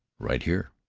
right here.